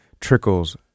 trickles